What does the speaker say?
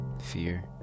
fear